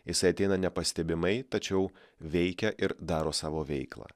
jisai ateina nepastebimai tačiau veikia ir daro savo veiklą